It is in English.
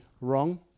Wrong